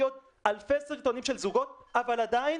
עוד אלפי סרטונים של זוגות אבל עדיין,